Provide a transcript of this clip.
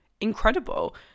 incredible